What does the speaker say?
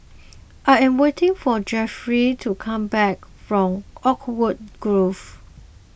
I am waiting for Jeffery to come back from Oakwood Grove